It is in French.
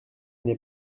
n’ai